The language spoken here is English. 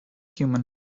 human